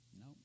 no